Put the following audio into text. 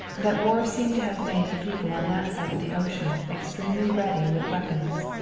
that war seemed to have made the people on that side of the ocean extremely ready with weapons.